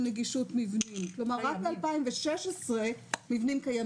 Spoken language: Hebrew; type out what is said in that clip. תקציב של 60 מיליון ₪ מיועד לנגישות לרשויות חלשות